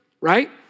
right